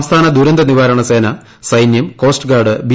സംസ്ഥാന ദുരന്ത നിവാരണ സേന സൈന്യം കോസ്റ്ഗാർഡ് ബി